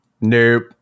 Nope